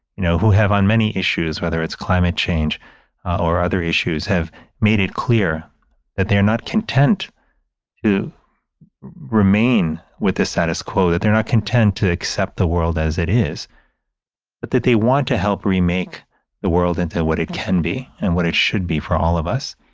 you know, who have on many issues, whether it's climate change or other issues, have made it clear that they are not content to remain with the status quo, that they're not content to accept the world as it is, but that they want to help remake the world into what it can be and what it should be for all of us.